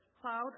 cloud